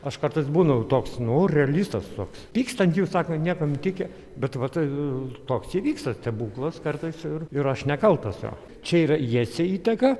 aš kartais būnu toks nu realistas toks pyksta ant jų sako niekam tikę bet vat toks įvyksta stebuklas kartais ir ir aš nekaltas jo čia yra jiesia įteka